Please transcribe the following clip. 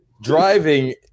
driving